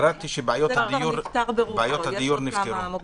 קראתי שבעיות הדיור נפתרו.